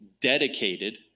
Dedicated